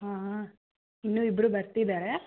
ಹಾಂ ಇನ್ನೂ ಇಬ್ಬರು ಬರ್ತಿದ್ದಾರೆ